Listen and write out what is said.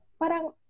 parang